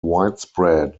widespread